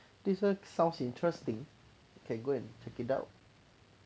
this show sounds interesting can go and check it out